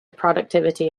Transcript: productivity